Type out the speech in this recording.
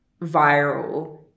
viral